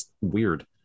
weird